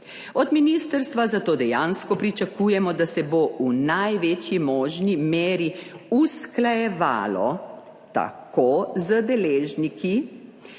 Od ministrstva zato dejansko pričakujemo, da se bo v največji možni meri usklajevalo tako z deležniki,